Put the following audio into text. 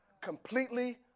completely